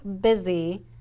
busy